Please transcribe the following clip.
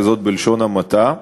וזאת בלשון המעטה,